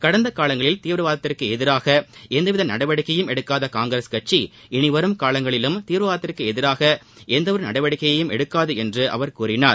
கடந்த காலங்களில் தீவிரவாதத்திற்கு எதிராக எந்தவித நடவடிக்கையும் எடுக்காத காங்கிரஸ் கட்சி இனிவரும் காலங்களிலும் தீவிரவாதத்திற்கு எதிராக எந்தவொரு நடவடிக்கையையும் எடுக்காது என்று அவர் கூறினார்